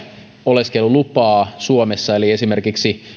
oleskelulupaa suomessa eli esimerkiksi